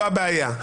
זו הבעיה.